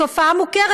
תופעה מוכרת,